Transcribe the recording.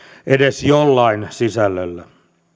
edes jollain sisällöllä